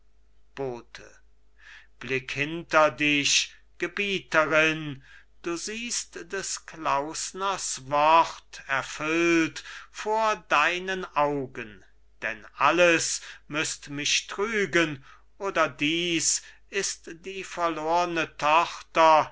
bote blick hinter dich gebieterin du siehst des klausners wort erfüllt vor deinen augen denn alles müßt mich trügen oder dies ist die verlorne tochter